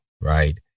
Right